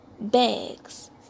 bags